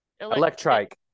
electric